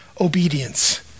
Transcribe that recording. obedience